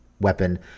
weapon